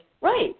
Right